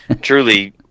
truly